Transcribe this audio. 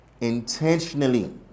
intentionally